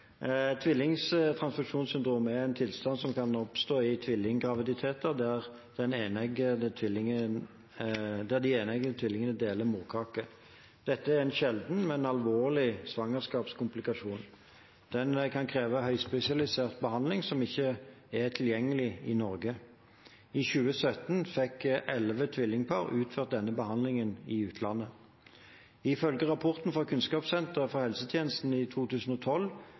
er en tilstand som kan oppstå i tvillinggraviditeter der eneggede tvillinger deler morkake. Dette er en sjelden, men alvorlig svangerskapskomplikasjon. Den kan kreve høyspesialisert behandling som ikke er tilgjengelig i Norge. I 2017 fikk elleve tvillingpar utført denne behandlingen i utlandet. Ifølge rapport fra Kunnskapssenteret for helsetjenesten i 2012